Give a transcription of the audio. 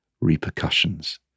repercussions